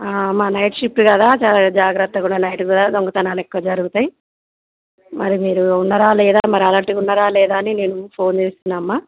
అమ్మ night shift కదా చాలా జాగ్రత్తగా ఉండాలి నైట్ కూడా దొంగతనాలు ఎక్కువ జరుగుతాయి మరి మీరు ఉన్నారా లేదా మరి అలర్ట్గాఅ ఉన్నారా లేదా అని నేను ఫోన్ చేస్తున్నాను అమ్మ